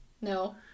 No